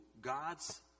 gods